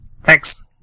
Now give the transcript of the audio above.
thanks